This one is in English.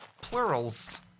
Plurals